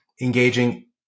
engaging